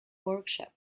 workshop